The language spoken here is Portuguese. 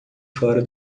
fora